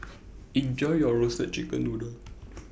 Enjoy your Roasted Chicken Noodle